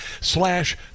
slash